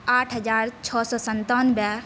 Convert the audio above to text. आठ हजार छओ सए सन्तानबे